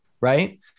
right